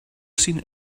seen